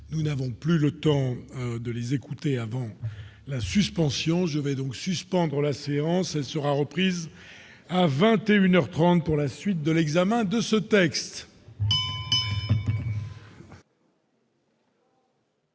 nous n'avons plus le temps de les écouter avant la suspension, je vais donc suspendre la séance sera reprise. à 21 heures 30 pour la suite de l'examen de ce texte.